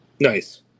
Nice